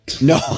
No